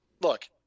Look